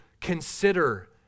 consider